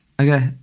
okay